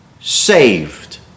saved